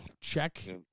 check